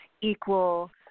equal